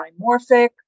dimorphic